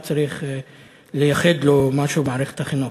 שצריך לייחד לו משהו במערכת החינוך.